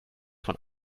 von